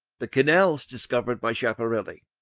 the canals discovered by schiaparelli.